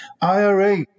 IRA